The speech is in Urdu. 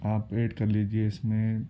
آپ ایڈ کر لیجیے اس میں